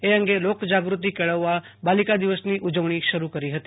એ અંગે લોકજાગૃતિ કેળવવા બાલિકા દિવસની ઉજવણી શરૂ કરી હતી